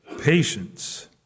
patience